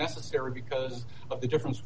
necessary because of the differen